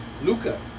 Luca